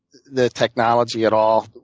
the technology at all.